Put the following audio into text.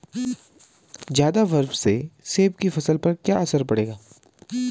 ज़्यादा बर्फ से सेब की फसल पर क्या असर पड़ेगा?